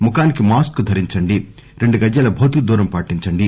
ముఖానికి మాస్క్ ధరించండి రెండు గజాల భౌతిక దూరం పాటించండి